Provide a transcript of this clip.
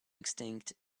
extinct